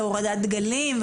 להורדת דגלים,